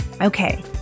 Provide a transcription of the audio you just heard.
Okay